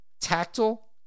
tactile